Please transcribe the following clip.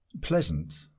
Pleasant